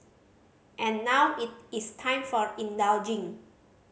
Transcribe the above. and now it is time for indulging